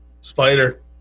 spider